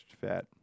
fat